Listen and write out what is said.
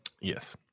Yes